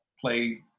play